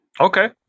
Okay